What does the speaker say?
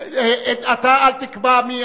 אתה אל תקבע מי,